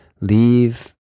leave